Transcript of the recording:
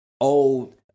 old